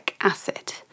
acid